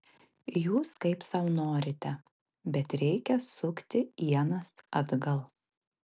jūs kaip sau norite bet reikia sukti ienas atgal